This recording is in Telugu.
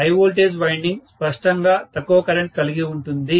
హై వోల్టేజ్ వైండింగ్ స్పష్టంగా తక్కువ కరెంట్ కలిగి ఉంటుంది